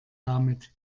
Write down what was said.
damit